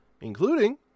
including